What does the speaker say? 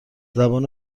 زبان